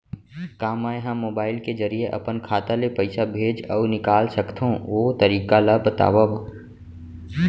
का मै ह मोबाइल के जरिए अपन खाता ले पइसा भेज अऊ निकाल सकथों, ओ तरीका ला बतावव?